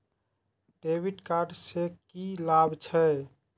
डेविट कार्ड से की लाभ छै?